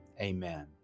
amen